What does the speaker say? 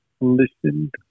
listen